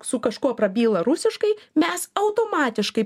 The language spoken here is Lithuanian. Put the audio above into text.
su kažkuo prabyla rusiškai mes automatiškai